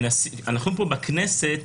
אנחנו פה בכנסת